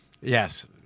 Yes